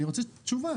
אני רוצה תשובה.